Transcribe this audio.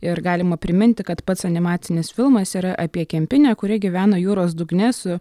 ir galima priminti kad pats animacinis filmas yra apie kempinę kuri gyvena jūros dugne su